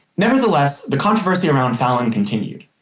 nevertheless, the controversy around fallon continued.